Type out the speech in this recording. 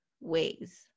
ways